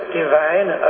divine